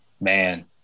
man